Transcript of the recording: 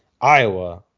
Iowa